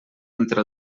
entre